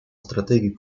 стратегию